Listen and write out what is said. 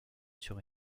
sur